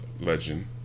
Legend